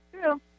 true